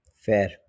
Fair